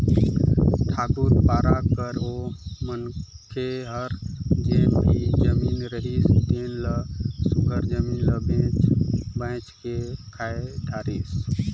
ठाकुर पारा कर ओ मनखे हर जेन भी जमीन रिहिस तेन ल सुग्घर जमीन ल बेंच बाएंच के खाए धारिस